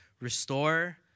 restore